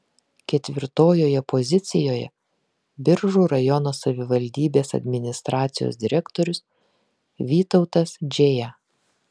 ketvirtojoje pozicijoje biržų rajono savivaldybės administracijos direktorius vytautas džėja